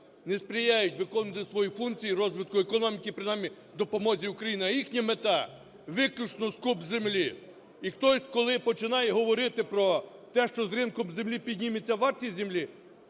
не сприяють виконувати свої функції розвитку економіки, принаймні допомозі Україні, а їхня мета – виключно скуп землі. І хтось коли починає говорити про те, що з ринком землі підніметься вартість землі,